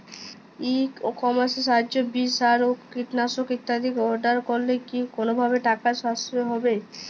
ই কমার্সের সাহায্যে বীজ সার ও কীটনাশক ইত্যাদি অর্ডার করলে কি কোনোভাবে টাকার সাশ্রয় হবে?